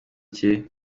cye